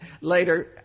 later